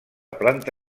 planta